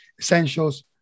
Essentials